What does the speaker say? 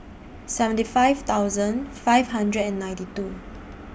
seventy five thousand five hundred and ninety two